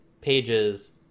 pages